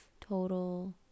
total